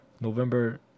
November